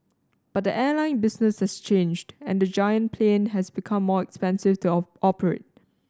but the airline business has changed and the giant plane has become more expensive to operate